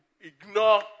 ignore